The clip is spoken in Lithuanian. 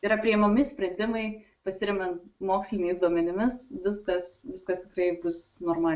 yra priimami sprendimai pasiremiant moksliniais duomenimis viskas viskas tikrai bus normaliai